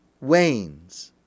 wanes